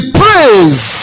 praise